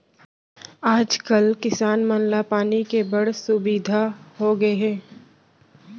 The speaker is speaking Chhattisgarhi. आज कल किसान मन ला पानी के बड़ सुबिधा होगे हे